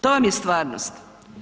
To vam je stvarnost.